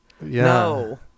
No